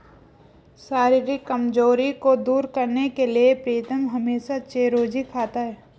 शारीरिक कमजोरी को दूर करने के लिए प्रीतम हमेशा चिरौंजी खाता है